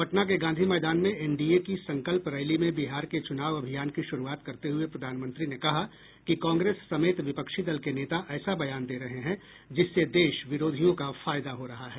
पटना के गांधी मैदान में एनडीए की संकल्प रैली में बिहार के चुनाव अभियान की शुरुआत करते हुए प्रधानमंत्री ने कहा कि कांग्रेस समेत विपक्षी दल के नेता ऐसा बयान दे रहे हैं जिससे देश विरोधियों का फायदा हो रहा है